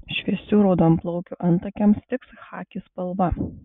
šviesių raudonplaukių antakiams tiks chaki spalva